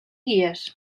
guies